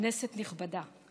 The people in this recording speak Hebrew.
כנסת נכבדה,